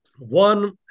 One